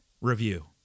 review